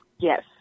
Yes